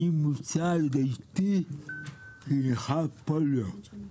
אני מוצא אל ביתי כנכה פולו.